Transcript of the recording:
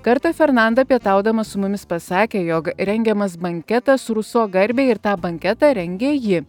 kartą fernanda pietaudama su mumis pasakė jog rengiamas banketas ruso garbei ir tą banketą rengia ji